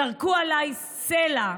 זרקו עליי סלע.